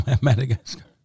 Madagascar